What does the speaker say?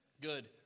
Good